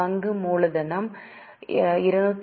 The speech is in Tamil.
பங்கு மூலதனம் 222